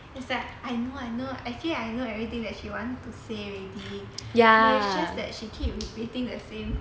is like I know I know actually I know everything that she want to say already but it's just that she keep repeating the same thing